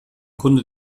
kunde